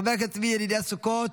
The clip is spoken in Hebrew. חבר הכנסת צבי ידידיה סוכות,